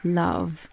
love